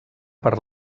per